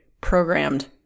programmed